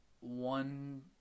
one